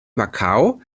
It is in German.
macau